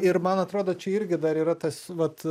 ir man atrodo čia irgi dar yra tas vat